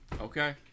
Okay